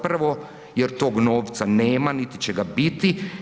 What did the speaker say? Prvo jer tog novca nema, niti će ga biti.